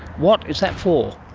what is that for?